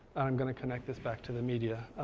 and i'm gonna connect this back to the media